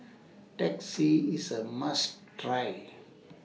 Teh C IS A must Try